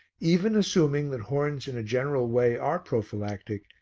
even assuming that horns in a general way are prophylactic,